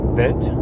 vent